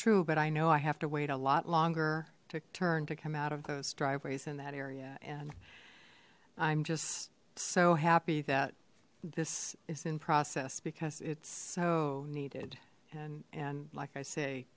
true but i know i have to wait a lot longer to turn to come out of those driveways in that area and i'm just so happy that this is in process because it's so needed and and like i say